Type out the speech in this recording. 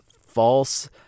false